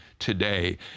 today